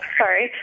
sorry